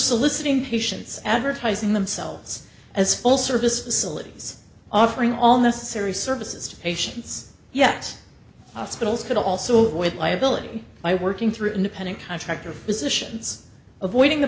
soliciting patients advertising themselves as all service facilities offering all necessary services to patients yet hospitals could also with liability by working through independent contractor physicians avoiding the